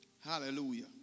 Hallelujah